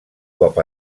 cop